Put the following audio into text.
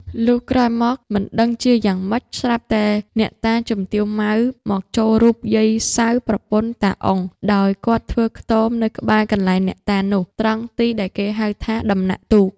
លុះក្រោយមកមិនដឹងជាយ៉ាងម៉េច ស្រាប់តែអ្នកតាជំទាវ ម៉ៅ មកចូលរូបយាយ សៅរ៍ ប្រពន្ធ តា អ៊ុង ដែលគាត់ធ្វើខ្ទមនៅក្បែរកន្លែងអ្នកតានោះ ត្រង់ទីដែលគេហៅថា "ដំណាក់ទូក" ។